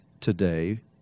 today